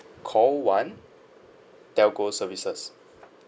call one telco services